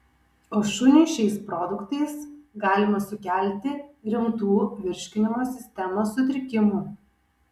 o šuniui šiais produktais galima sukelti rimtų virškinimo sistemos sutrikimų